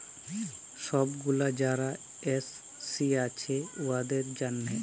ছব গুলা যারা এস.সি আছে উয়াদের জ্যনহে